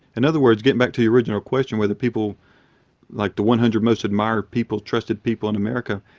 and other words, getting back to the original question whether people like the one hundred most admired people, trusted people in america,